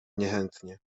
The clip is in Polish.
niechętnie